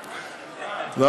אה, באמת?